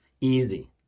easy